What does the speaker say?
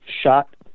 shot